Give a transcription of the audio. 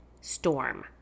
storm